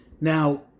Now